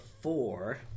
four